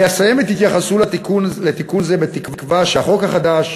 אני אסיים את התייחסותי לתיקון זה בתקווה שהחוק החדש